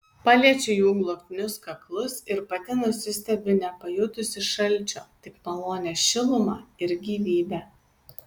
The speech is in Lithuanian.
paliečiu jų glotnius kaklus ir pati nusistebiu nepajutusi šalčio tik malonią šilumą ir gyvybę